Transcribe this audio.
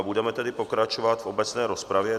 Budeme tedy pokračovat v obecné rozpravě.